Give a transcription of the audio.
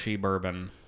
bourbon